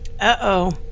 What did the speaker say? Uh-oh